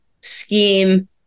scheme